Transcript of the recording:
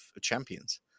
champions